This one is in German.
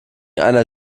einer